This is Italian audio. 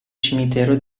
cimitero